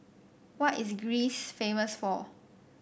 what is Greece famous for